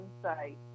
insight